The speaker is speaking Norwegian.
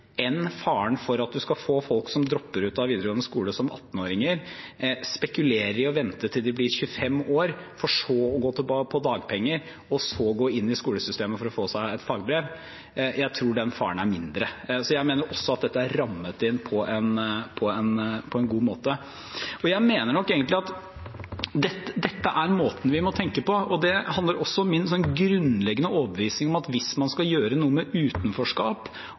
enn faren for at man skal få folk som dropper ut av videregående skole som 18-åringer og spekulerer i å vente til de blir 25 år, for så å gå på dagpenger og gå inn i skolesystemet for å få seg et fagbrev. Jeg tror at den faren er mindre. Så jeg mener også at dette er rammet inn på en god måte. Jeg mener nok egentlig at dette er måten vi må tenke på, og det handler også om min grunnleggende overbevisning om at hvis man skal gjøre